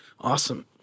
Awesome